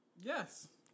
Yes